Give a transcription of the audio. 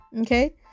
okay